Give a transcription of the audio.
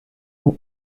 who